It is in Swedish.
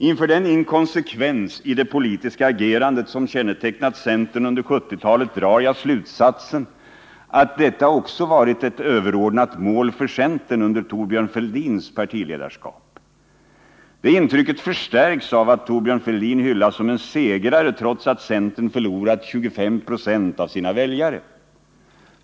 Inför den inkonsekvens i det politiska agerandet som kännetecknat centern under 1970-talet drar jag slutsatsen att detta också varit ett överordnat mål för centern under Thorbjörn Fälldins partiledarskap. Det intrycket förstärks av att Thorbjörn Fälldin hyllas som en segrare, trots att centern förlorat 25 96 av sina väljare.